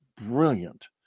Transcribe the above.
brilliant